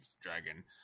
dragon